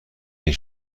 این